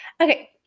Okay